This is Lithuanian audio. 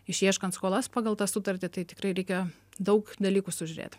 išieškant skolas pagal tą sutartį tai tikrai reikia daug dalykų sužiūrėt